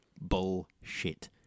bullshit